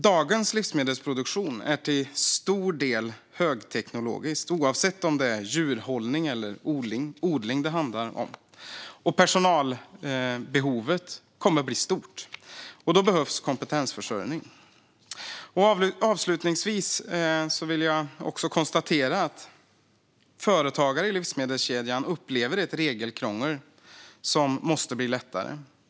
Dagens livsmedelsproduktion är till stor del högteknologisk, oavsett om det är djurhållning eller odling det handlar om. Personalbehovet kommer att bli stort. Då behövs kompetensförsörjning. Avslutningsvis konstaterar jag också att företagare i livsmedelskedjan upplever ett regelkrångel. Det måste bli lättare.